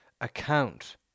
account